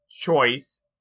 choice